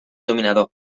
dominador